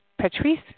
Patrice